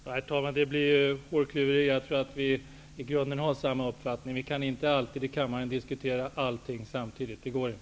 Herr talman! Jag tror att vi i grunden har samma uppfattning. Man kan inte alltid i kammaren diskutera allting samtidigt. Det går inte.